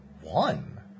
one